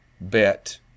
Bet